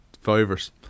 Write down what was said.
Fivers